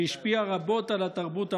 שהשפיעה רבות על התרבות המערבית,